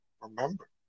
remember